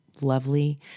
lovely